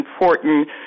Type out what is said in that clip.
important